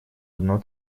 одно